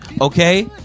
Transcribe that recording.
okay